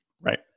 Right